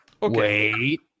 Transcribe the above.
Wait